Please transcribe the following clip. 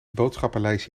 boodschappenlijstje